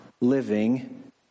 living